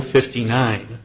fifty nine